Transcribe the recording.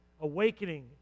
awakening